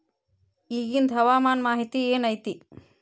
ಇಗಿಂದ್ ಹವಾಮಾನ ಮಾಹಿತಿ ಏನು ಐತಿ?